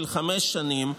של חמש שנים,